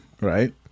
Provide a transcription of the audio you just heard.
Right